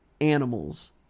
animals